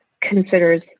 considers